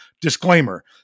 disclaimer